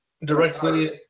directly